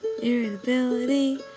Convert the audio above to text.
Irritability